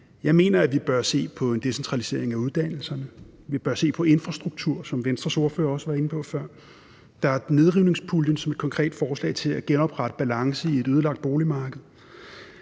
Jeg mener, at vi bør se på en decentralisering af uddannelserne. Vi bør se på infrastruktur, som Venstres ordfører også var inde på før. Der er nedrivningspuljen som et konkret forslag til at genoprette balance i et ødelagt boligmarked.